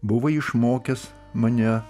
buvai išmokęs mane